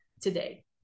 today